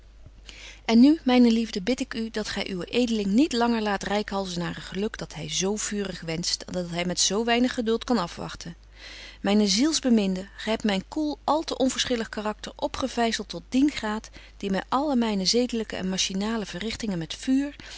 en nu myne liefde bid ik u dat gy uwen edeling niet langer laat reikhalzen naar een geluk dat hy zo vurig wenscht en dat hy met zo weinig geduld kan afwagten myne ziels beminde gy hebt myn koel al te onverschillig karakter opgevyzelt tot dien graad die my alle myne zedelyke en machinale verrichtingen met vuur